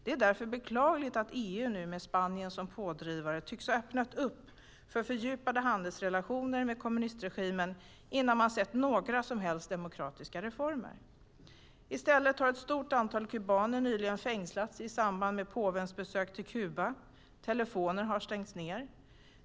Det är därför beklagligt att EU nu, med Spanien som pådrivare, tycks ha öppnat upp för fördjupade handelsrelationer med kommunistregimen innan man sett några som helst demokratiska reformer. I stället har ett stort antal kubaner nyligen fängslats i samband med påvens besök på Kuba. Telefoner har stängts ned.